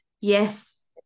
Yes